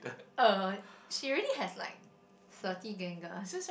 uh she already had like thirty gangars